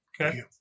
Okay